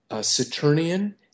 Saturnian